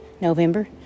November